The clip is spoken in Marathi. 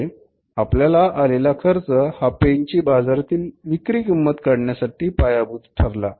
म्हणजे आपल्याला आलेला खर्च हा पेनची बाजारातील विक्री किंमत काढण्यासाठी पायाभूत ठरला